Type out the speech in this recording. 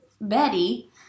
Betty